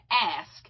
ask